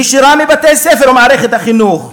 נשירה מבתי-ספר וממערכת החינוך,